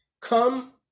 Come